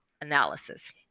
analysis